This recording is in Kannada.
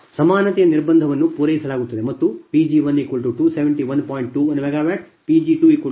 ಸಮಾನತೆಯ ನಿರ್ಬಂಧವನ್ನು ಪೂರೈಸಲಾಗುತ್ತದೆ ಮತ್ತು Pg1271